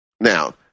Now